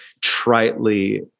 tritely